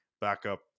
backup